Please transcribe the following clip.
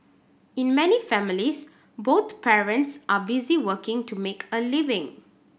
in many families both parents are busy working to make a living